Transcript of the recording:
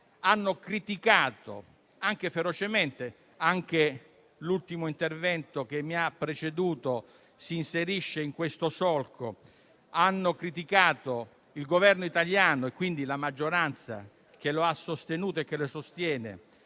hanno criticato, anche ferocemente - l'ultimo intervento che mi ha preceduto si inserisce in questo solco - il Governo italiano, e quindi la maggioranza che lo ha sostenuto e che lo sostiene,